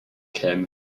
cam